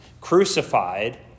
crucified